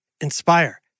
inspire